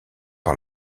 par